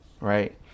right